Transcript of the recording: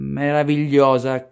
meravigliosa